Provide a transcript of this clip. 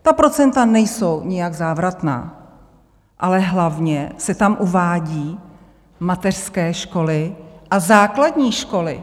Ta procenta nejsou nijak závratná, ale hlavně se tam uvádějí mateřské školy a základní školy.